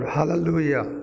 Hallelujah